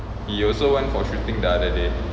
he also went for shooting the other day